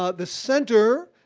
ah the center,